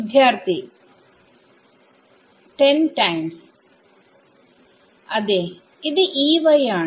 വിദ്യാർത്ഥി 10 ടൈംസ് അതേ ഇത് Ey ആണ്